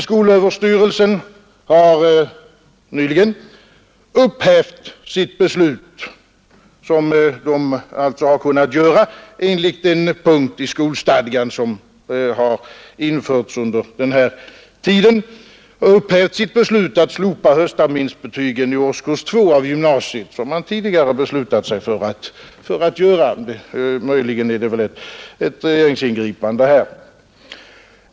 Skolöverstyrelsen har nyligen upphävt sitt beslut — som den alltså har kunnat göra enligt en punkt som under denna tid har införts i skolstadgan att slopa höstterminsbetyget i årskurs 2 av gymnasiet. Möjligen ligger det ett regeringsingripande bakom denna ändring.